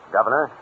Governor